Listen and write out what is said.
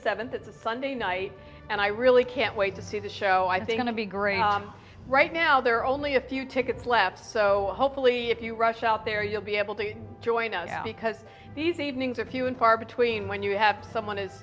seventh it's a sunday night and i really can't wait to see the show i think to be great right now there are only a few tickets left so hopefully if you rush out there you'll be able to join us because these evenings are few and far between when you have someone is